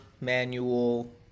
manual